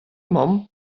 mamm